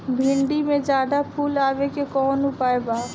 भिन्डी में ज्यादा फुल आवे के कौन उपाय बा?